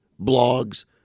blogs